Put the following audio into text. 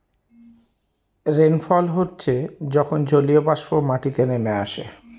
rainfall হচ্ছে যখন জলীয়বাষ্প মাটিতে নেমে আসে